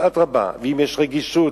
אדרבה, ואם יש רגישות,